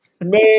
Man